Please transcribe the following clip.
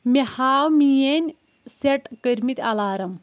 مے ہاو میٲنۍ سیٹ کٔرمٕتۍ الارام